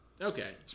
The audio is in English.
Okay